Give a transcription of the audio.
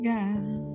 God